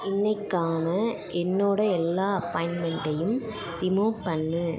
இன்னைக்கான என்னோட எல்லா அப்பாயிண்ட்மெண்ட்டையும் ரிமூவ் பண்ணு